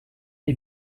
est